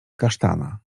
kasztana